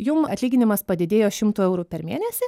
jum atlyginimas padidėjo šimtu eurų per mėnesį